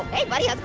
hey buddy,